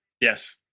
Yes